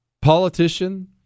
politician